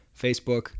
Facebook